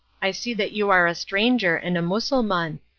i see that you are a stranger and a mussulman,